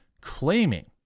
claiming